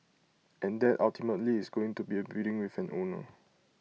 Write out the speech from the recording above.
and that ultimately is going to be A building with an owner